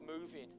moving